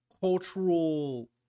cultural